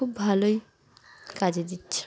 খুব ভালোই কাজে দিচ্ছে